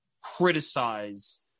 criticize